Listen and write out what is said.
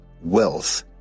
wealth